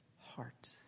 heart